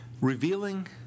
revealing